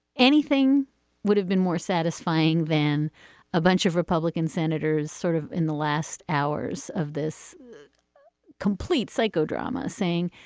anything would have been more satisfying than a bunch of republican senators sort of in the last hours of this complete psychodrama saying,